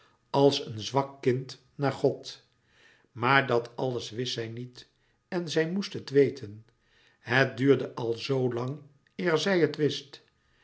als een zwak kind naar god maar dat alles wist zij niet en zij moest het weten het duurde al zoo lang eer zij het wist